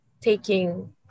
taking